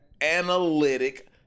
analytic